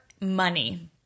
money